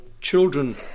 children